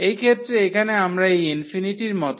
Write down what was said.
এই ক্ষেত্রে এখানে আমরা এই ইনফিনিটির মত